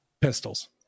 Pistols